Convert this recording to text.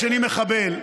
השני מחבל,